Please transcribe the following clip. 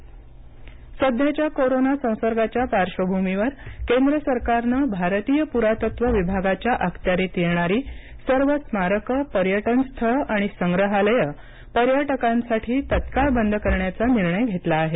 स्मारके बंद सध्याच्या कोरोना संसर्गाच्या पार्श्वभूमीवर केंद्र सरकारनं भारतीय पुरातत्व विभागाच्या अखत्यारीत येणारी सर्व स्मारके पर्यटन स्थळे आणि संग्रहालये पर्यटकांसाठी तत्काळ बंद करण्याचा निर्णय घेतला आहे